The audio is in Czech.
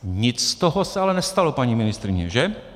Nic z toho se ale nestalo, paní ministryně, že?